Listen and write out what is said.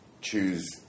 choose